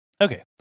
Okay